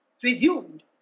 presumed